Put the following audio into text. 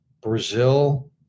Brazil